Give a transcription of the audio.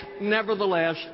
nevertheless